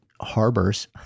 harbors